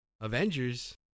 Avengers